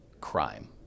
crime